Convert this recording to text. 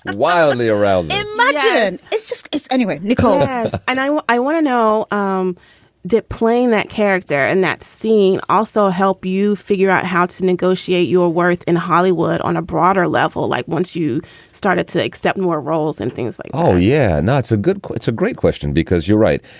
wildly around my. it's just it's anyway nicole and i i want to know um did playing that character in and that scene also help you figure out how to negotiate your worth in hollywood on a broader level, like once you started to accept more roles and things like oh, yeah. and that's a good it's a great question, because you're right.